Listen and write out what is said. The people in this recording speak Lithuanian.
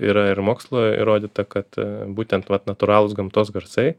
yra ir mokslo įrodyta kad būtent vat natūralūs gamtos garsai